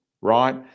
right